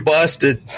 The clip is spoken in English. Busted